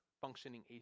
functioning